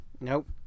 nope